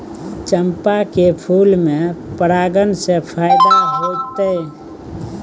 चंपा के फूल में परागण से फायदा होतय?